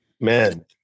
Man